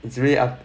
it's really up